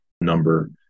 number